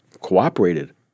cooperated